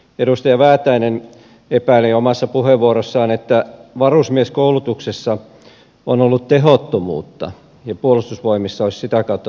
edustaja väätäinen epäili omassa puheenvuorossaan että varusmieskoulutuksessa on ollut tehottomuutta ja puolustusvoimissa olisi sitä kautta tehottomuutta